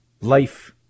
life